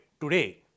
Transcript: Today